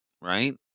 right